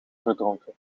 verdronken